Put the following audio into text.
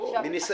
מגיע.